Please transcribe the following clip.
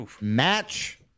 Match